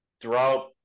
throughout